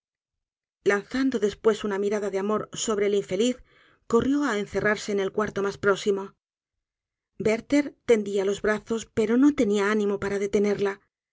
lanzando después una mirada de amor sobre el infeliz corrió á encerrarse en el cuarto mas próximo werther tendia los brazos pero no tenia ánimo para detenerla